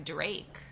Drake